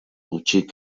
hutsik